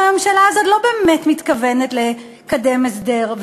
הרי הממשלה הזאת לא באמת מתכוונת לקדם הסדר.